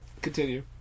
continue